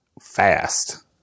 fast